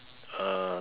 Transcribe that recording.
uh